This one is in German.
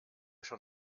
schon